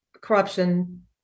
corruption